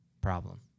problem